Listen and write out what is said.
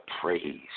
praise